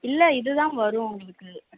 இல்லை இது தான் வரும் உங்களுக்கு